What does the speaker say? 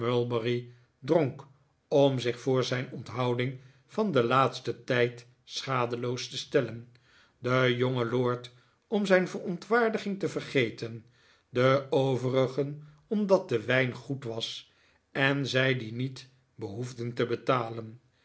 dronk om zich voor zijn onthouding van den laatsten tijd schadeloos te stellen de jonge lord om zijn verontwaardiging te vergeten de overigen omdat de wijn goed was en zij dien niet behoefden te betalen